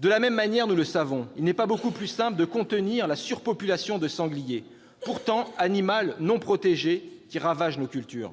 De la même manière, nous le savons, il n'est pas beaucoup plus simple de contenir la surpopulation de sangliers, espèce pourtant non protégée qui ravage nos cultures.